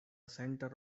center